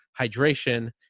hydration